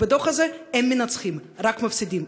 ובדוח הזה אין מנצחים, רק מפסידים.